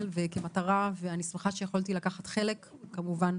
וכמטרה ואני שמחה שיכולתי לקחת חלק כמובן